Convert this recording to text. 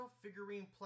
Figurine